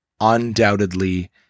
undoubtedly